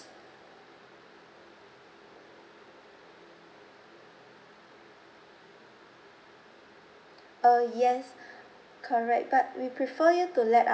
uh yes correct but we prefer you to let us